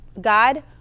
God